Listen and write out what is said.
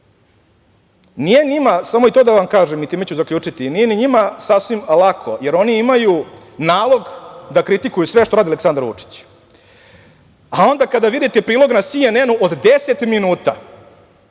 njima, samo i to da vam kažem i time ću zaključiti, sasvim lako, jer oni imaju nalog da kritikuju sve što radi Aleksandar Vučić, a onda kada vidite prilog na CNN-u od 10 minuta